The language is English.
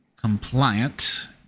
compliant